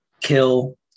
kill